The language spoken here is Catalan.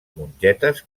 mongetes